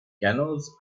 canoes